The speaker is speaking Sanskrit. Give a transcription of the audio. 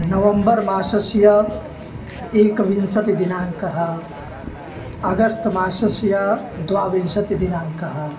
नवम्बर् मासस्य एकविंशतिदिनाङ्कः अगस्त् मासस्य द्वाविंशतिदिनाङ्कः